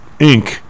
Inc